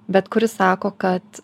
bet kuri sako kad